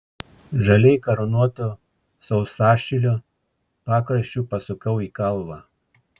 žaliai karūnuoto sausašilio pakraščiu pasukau į kalvą